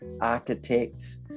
architects